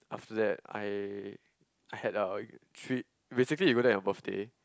after that I I had a drip basically we go there and have birthday